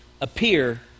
appear